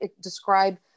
describe